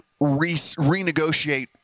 renegotiate